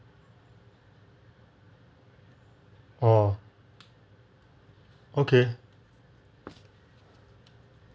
orh okay